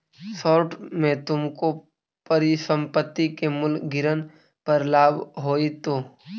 short में तुमको परिसंपत्ति के मूल्य गिरन पर लाभ होईतो